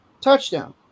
touchdown